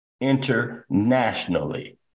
internationally